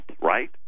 right